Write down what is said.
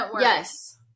yes